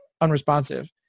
unresponsive